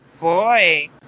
Boy